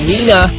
Nina